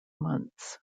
months